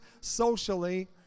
socially